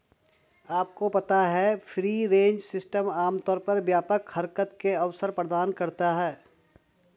आपको पता है फ्री रेंज सिस्टम आमतौर पर व्यापक हरकत के अवसर प्रदान करते हैं?